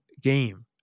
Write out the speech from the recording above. game